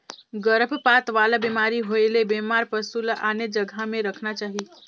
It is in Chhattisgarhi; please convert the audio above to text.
गरभपात वाला बेमारी होयले बेमार पसु ल आने जघा में रखना चाही